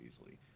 easily